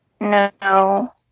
No